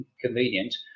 convenient